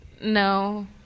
no